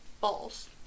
balls